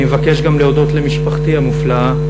אני מבקש גם להודות למשפחתי המופלאה,